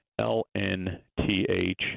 L-N-T-H